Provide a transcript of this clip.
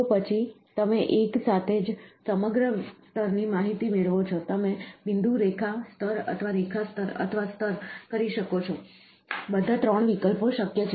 તો પછી તમે એક સાથે જ સમગ્ર સ્તરની માહિતી મેળવો છો તમે બિંદુ રેખા સ્તર અથવા રેખા સ્તર અથવા સ્તર કરી શકો છો બધા 3 વિકલ્પો શક્ય છે